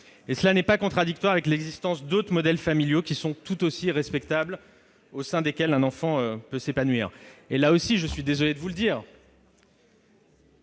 n'est pas contradictoire avec l'existence d'autres modèles familiaux, qui sont tout aussi respectables, au sein desquels un enfant peut s'épanouir. Là encore, je suis désolé de vous le dire,